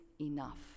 enough